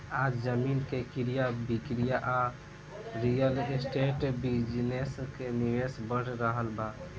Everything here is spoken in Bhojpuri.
आज जमीन के क्रय विक्रय आ रियल एस्टेट बिजनेस में निवेश बढ़ रहल बा